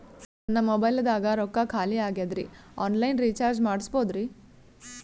ನನ್ನ ಮೊಬೈಲದಾಗ ರೊಕ್ಕ ಖಾಲಿ ಆಗ್ಯದ್ರಿ ಆನ್ ಲೈನ್ ರೀಚಾರ್ಜ್ ಮಾಡಸ್ಬೋದ್ರಿ?